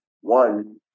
One